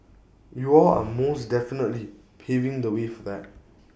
y'all are most definitely paving the way for that